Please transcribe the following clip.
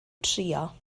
trio